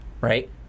right